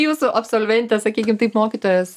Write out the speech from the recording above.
jūsų absolventės sakykim taip mokytojas